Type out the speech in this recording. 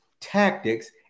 tactics